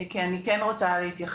כי אני כן רוצה להתייחס.